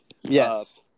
Yes